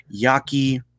yaki